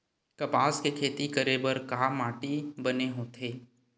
कपास के खेती करे बर का माटी बने होथे?